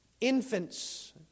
Infants